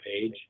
page